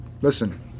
Listen